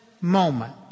moment